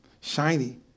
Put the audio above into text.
shiny